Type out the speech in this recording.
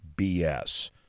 BS